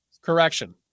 Correction